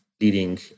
leading